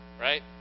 right